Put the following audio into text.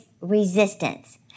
resistance